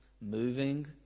moving